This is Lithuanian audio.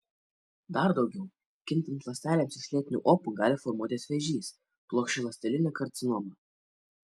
dar daugiau kintant ląstelėms iš lėtinių opų gali formuotis vėžys plokščialąstelinė karcinoma